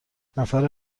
نفر